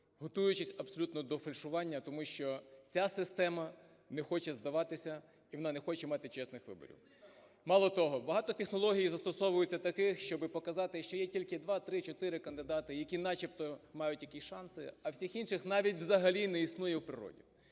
готуючись абсолютно до фальшування, тому що ця система не хоче здаватися і вона не хоче мати чесних виборів. Мало того багато технологій застосовується таких, щоб показати, що є тільки два, три, чотири кандидати, які начебто мають якісь шанси, а всіх інших навіть взагалі не існує в природі.